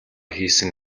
хийсэн